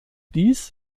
dies